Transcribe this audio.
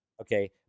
okay